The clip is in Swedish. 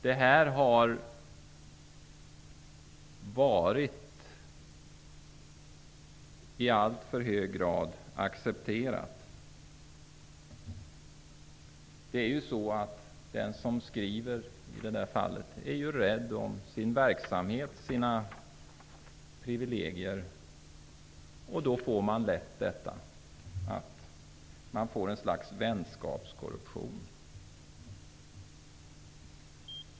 Den som i det fallet skriver är rädd om sin verksamhet och sina privilegier, och då får man lätt ett slags vänskapskorruption. Det har i alltför hög grad varit accepterat.